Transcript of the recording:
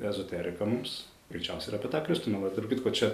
ezoteriką mums greičiausiai ir apie tą kristų meluoja tarp kitko čia